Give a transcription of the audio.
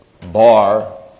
bar